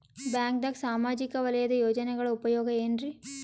ಬ್ಯಾಂಕ್ದಾಗ ಸಾಮಾಜಿಕ ವಲಯದ ಯೋಜನೆಗಳ ಉಪಯೋಗ ಏನ್ರೀ?